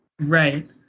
Right